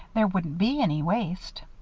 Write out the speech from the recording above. there wouldn't be any waste.